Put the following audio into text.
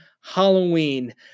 halloween